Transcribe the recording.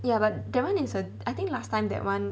ya but that [one] is a I think last time that [one]